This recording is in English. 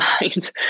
mind